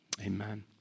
Amen